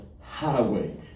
highway